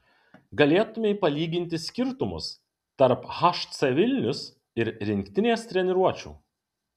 galėtumei palyginti skirtumus tarp hc vilnius ir rinktinės treniruočių